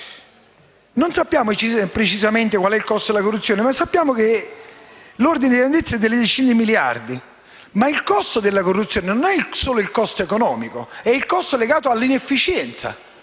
Non sappiamo precisamente quale sia il costo della corruzione, ma sappiamo che l'ordine di grandezza è di decine di miliardi. Ma il costo della corruzione non è solo il costo economico, bensì anche il costo legato all'inefficienza,